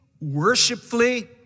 worshipfully